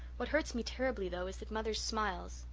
what hurts me terribly, though, is that mother's smiles,